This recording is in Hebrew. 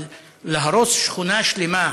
אבל להרוס שכונה שלמה,